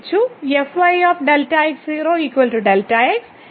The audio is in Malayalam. fy Δx 0 Δx ഇവിടെ fy 0 0 0